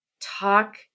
talk